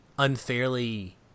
Unfairly